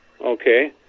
Okay